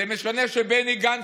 זה משנה שבני גנץ,